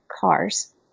cars